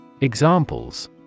Examples